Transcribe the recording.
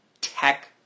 tech